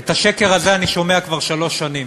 את השקר הזה אני שומע כבר שלוש שנים.